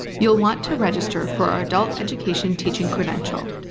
you'll want to register for our adult education teaching credential.